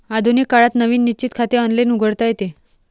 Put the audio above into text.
आधुनिक काळात नवीन निश्चित खाते ऑनलाइन उघडता येते